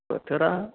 बोथोरा